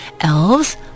Elves